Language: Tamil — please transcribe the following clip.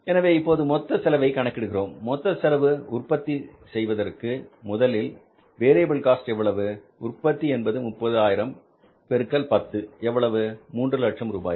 எனவே இப்போது மொத்த செலவை கணக்கிடுகிறோம் மொத்த செலவு உற்பத்தி செய்வதற்கு முதலில் வேரியபில் காஸ்ட்எவ்வளவு உற்பத்தி என்பது 30000 பெருக்கல் 10 எவ்வளவு 300000 ரூபாய்கள்